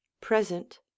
Present